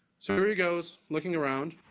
so here he goes looking around.